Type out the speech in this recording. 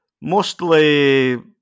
Mostly